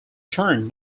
turned